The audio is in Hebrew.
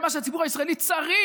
זה מה שהציבור הישראלי צריך,